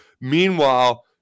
Meanwhile